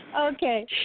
okay